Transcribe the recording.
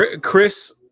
Chris